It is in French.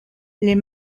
les